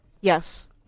Yes